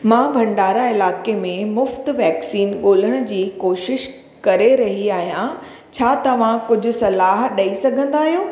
मां भंडारा इलाइक़े में मुफ़्ति वैक्सीन ॻोल्हण जी कोशिश करे रही आहियां छा तव्हां कुझु सलाह ॾईं सघंदा आहियो